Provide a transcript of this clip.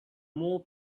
more